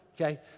okay